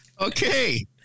Okay